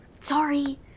Sorry